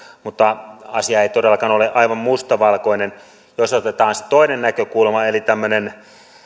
mutta asia ei todellakaan ole aivan mustavalkoinen jos otetaan se toinen näkökulma eli tämmöinen